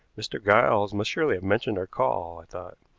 mr. giles must surely have mentioned our call, i thought.